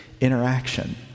interaction